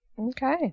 Okay